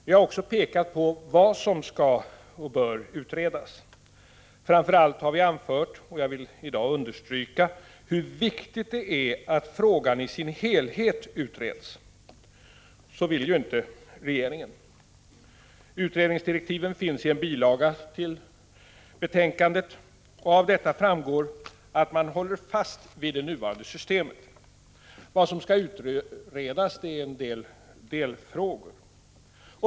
Vi har också pekat på vad som bör utredas. Framför allt har vi anfört, och jag vill i dag understryka det, hur viktigt det är att frågan i sin helhet utreds. Så vill inte regeringen. Utredningsdirektiven finns i en bilaga till betänkandet, och av detta framgår att man håller fast vid det nuvarande systemet. Vad som skall utredas är några delfrågor.